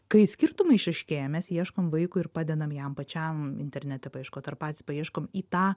kai skirtumai išryškėja mes ieškom vaikui ir padedam jam pačiam internete paieškot ar patys paieškom į tą